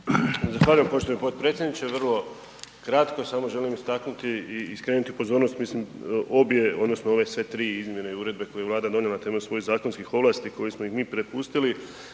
Zahvaljujem poštovani potpredsjedniče. Vrlo kratko, samo želim istaknuti i skrenuti pozornost mislim obje odnosno ove sve tri izmjene uredbe koje je Vlada donijela na temelju svojih zakonskih ovlasti kojih smo mi prepustili